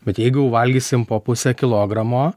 bet jeigu jau valgysim po pusę kilogramo